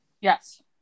yes